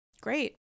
Great